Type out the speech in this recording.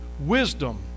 wisdom